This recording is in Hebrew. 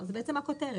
זאת בעצם הכותרת.